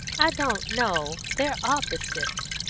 i don't know they're opposites.